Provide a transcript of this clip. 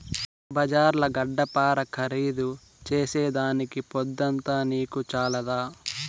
బజార్ల గడ్డపార ఖరీదు చేసేదానికి పొద్దంతా నీకు చాలదా